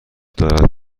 دارد